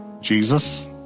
Jesus